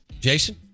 Jason